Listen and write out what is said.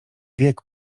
wiek